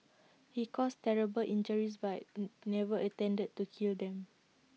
he caused terrible injuries but never intended to kill them